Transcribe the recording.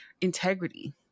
integrity